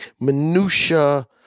minutia